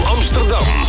Amsterdam